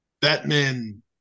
Batman